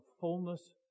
fullness